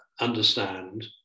understand